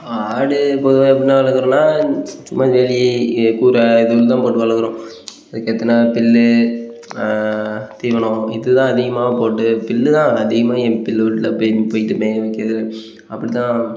ஆடு பொதுவாக எப்டின்னா வளர்க்குறோன்னா சும்மா வேலி கூரை இது மாரி தான் போட்டு வளர்க்குறோம் அதுக்கு ஏத்தன புல்லு தீவனம் இது தான் அதிகமாக போட்டு பில்லு தான் அதிகமாக ஏன் புல்லு வீட்டில் போய் போயிட்டு மேய வைக்கிறது அப்படிதான்